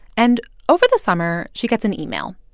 and over the summer, she gets an email.